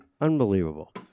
Unbelievable